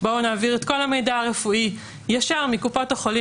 בואו נעביר את כל המידע הרפואי ישר מקופות החולים